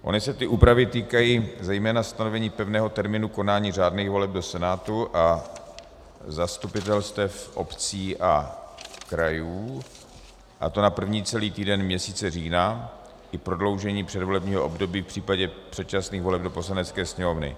Ony se ty úpravy týkají zejména stanovení pevného termínu konání řádných voleb do Senátu a zastupitelstev obcí a krajů, a to na první celý týden měsíce října i prodloužení předvolebního období v případě předčasných voleb do Poslanecké sněmovny.